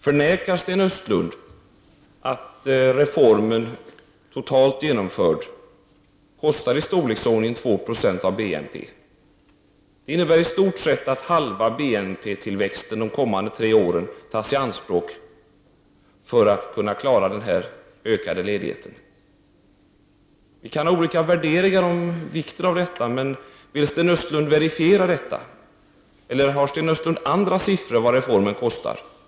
Förnekar Sten Östlund att reformen, totalt genomförd, kostar i storleksordningen 296 av BNP? Det innebär i stort sett att halva BNP-tillväxten de kommande tre åren tas i anspråk för att kunna klara den här ökade ledigheten. Vi kan ha olika värderingar om vikten av detta, men vill Sten Östlund verifiera mina uppgifter? Eller har Sten Östlund andra siffror på vad reformen kostar?